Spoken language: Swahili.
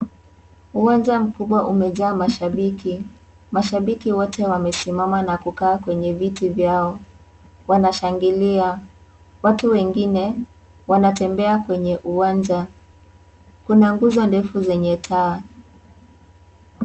Uwanja mkubwa umejaa mashabiki. Mashabiki wote wamesimama na kukaa kwenye viti vyao, wanashangilia. Watu wengine wanatembea kwenye uwanja. Kuna gunzo ndefu zenye taa.